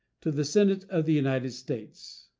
to the senate of the united states